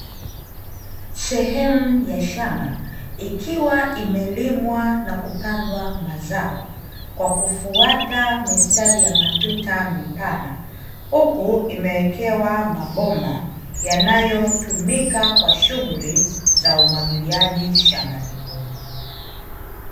Sehemu ya shamba, ikiwa imelimwa na kupandwa mazao kwa kufuata mistari ya matuta mipana. Huku imewekewa mabomba yanayotumika kwa shughuli za umwagiliaji shambani humo.